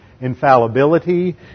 infallibility